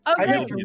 Okay